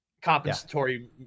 compensatory